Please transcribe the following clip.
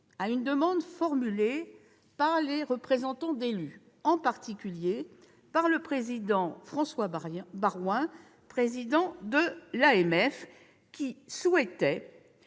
à une demande formulée par les représentants d'élus, en particulier par François Baroin, président de l'Association